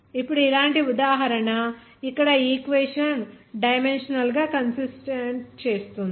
ఇప్పుడు ఇలాంటి ఉదాహరణ ఇక్కడ ఈక్వేషన్ డైమెన్షనల్ గా కన్సిస్టెంట్ చేస్తుంది